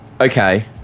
Okay